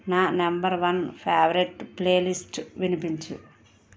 నా number one favourite playlist వినిపించు